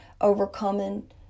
overcoming